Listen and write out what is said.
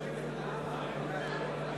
חברי הכנסת בהרכב הממשלה